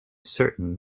certain